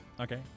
okay